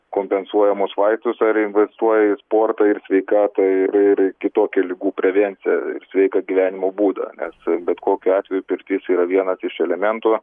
kompensuojamus vaistus ar investuoja į sportą ir sveikatą ir ir į kitokį ligų prevėnciją sveiką gyvenimo būdą nes bet kokiu atveju pirtis yra vienas iš elementų